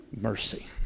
mercy